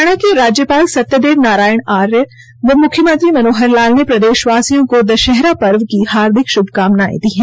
हरियाणा के राज्यपाल सत्यदेव नारायण आर्य व मुख्यमंत्री मनोहरलाल ने प्रदेशवासियों को दशहरा पर्व की हार्दिक बधाई व शुभकामनाएं दी हैं